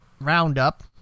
Roundup